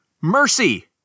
Mercy